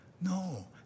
No